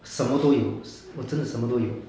什么都有我真的什么都有